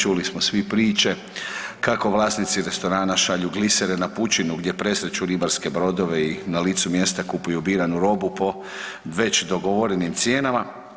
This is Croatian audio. Čuli smo svi priče kako vlasnici restorana šalju glisere na pučinu gdje presreću ribarske brodove i na licu mjesta kupuju biranu robu po već dogovorenim cijenama.